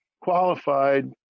qualified